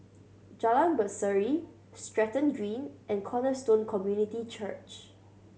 Jalan Berseri Stratton Green and Cornerstone Community Church